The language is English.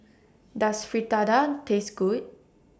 Does Fritada Taste Good